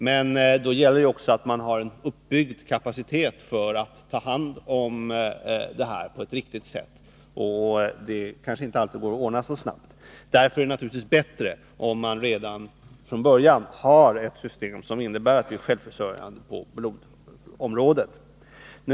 Men då gäller det att också ha en kapacitet uppbyggd för att kunna ta hand om det hela på ett riktigt sätt, för det går kanske inte alltid att ordna detta så snabbt. Därför är det naturligtvis bättre om vi redan från början har ett system som innebär att vi är självförsörjande på blodområdet.